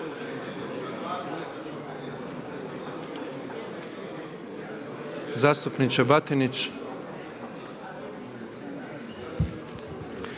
Zastupniče Batinić.